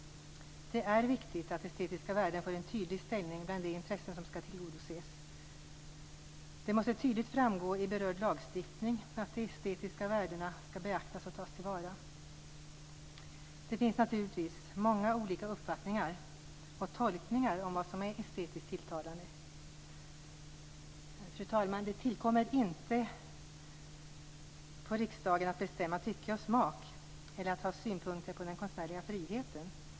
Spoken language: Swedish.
Det är viktigt att estetiska värden får en tydlig ställning bland de intressen som skall tillgodoses. Det måste tydligt framgå i berörd lagstiftning att de estetiska värdena skall beaktas och tas till vara. Det finns naturligtvis många olika uppfattningar och tolkningar om vad som är estetiskt tilltalande. Fru talman! Det ankommer inte på riksdagen att bestämma tycke och smak eller att ha synpunkter på den konstnärliga friheten.